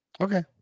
Okay